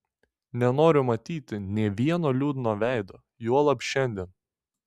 nenoriu matyti nė vieno liūdno veido juolab šiandien